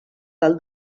del